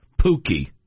Pookie